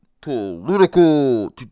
political